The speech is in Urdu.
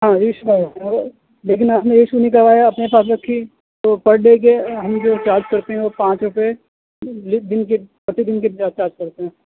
ہاں ری ایشو لیکن اگر آپ نے ری ایشو نہیں کروایا اپنے پاس رکھی تو پر ڈے کے ہم جو چارج کرتے ہیں وہ پانچ روپئے دن کے پرتی دن کے حساب سے چارج کرتے ہیں